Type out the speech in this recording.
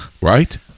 Right